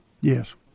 Yes